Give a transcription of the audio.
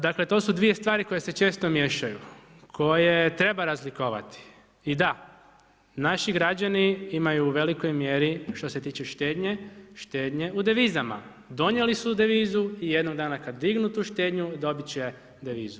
Dakle, to su dvije stvari koje se često miješaju, koje treba razlikovati i da, naši građani imaju u velikoj mjeri, što se tiče štednje, štednje u devizama, donijeli su devizu i jednog dana, kada dignut u štednju, dobiti će devizu.